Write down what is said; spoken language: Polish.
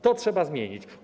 To trzeba zmienić.